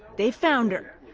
they found her.